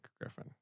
Griffin